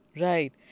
Right